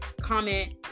comment